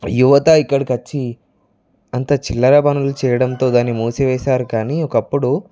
యువత ఇక్కడికి వచ్చి అంతా చిల్లర పనులు చేయడంతో దాని మూసివేశారు కానీ ఒకప్పుడు